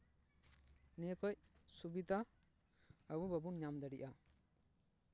ᱱᱤᱭᱟᱹ ᱠᱷᱚᱡ ᱥᱩᱵᱤᱫᱷᱟ ᱟᱵᱚ ᱵᱟᱵᱚᱱ ᱧᱟᱢ ᱫᱟᱲᱮᱭᱟᱜᱼᱟ